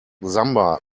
samba